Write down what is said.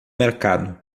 mercado